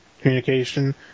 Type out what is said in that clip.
communication